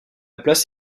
place